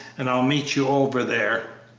and i'll meet you over there.